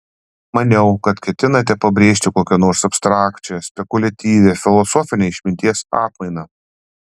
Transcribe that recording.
maniau kad ketinate pabrėžti kokią nors abstrakčią spekuliatyvią filosofinę išminties atmainą